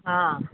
ହଁ